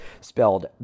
spelled